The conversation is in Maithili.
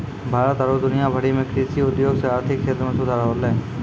भारत आरु दुनिया भरि मे कृषि उद्योग से आर्थिक क्षेत्र मे सुधार होलै